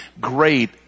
great